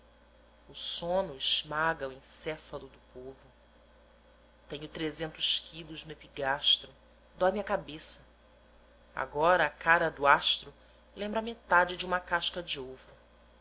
sono esmaga o encéfalo do povo enho quilos no epigastro dói me a cabeça agora a cara do astro lembra a metade de uma casca de ovo